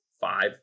five